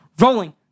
Rolling